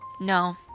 No